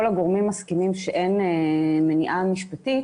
הגורמים מסכימים שאין מניעה משפטית.